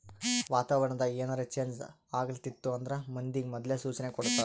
ವಾತಾವರಣ್ ದಾಗ್ ಏನರೆ ಚೇಂಜ್ ಆಗ್ಲತಿತ್ತು ಅಂದ್ರ ಮಂದಿಗ್ ಮೊದ್ಲೇ ಸೂಚನೆ ಕೊಡ್ತಾರ್